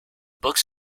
books